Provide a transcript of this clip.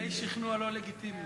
שכנוע לא לגיטימי.